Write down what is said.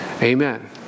Amen